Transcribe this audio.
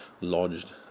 lodged